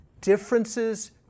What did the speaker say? Differences